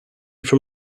from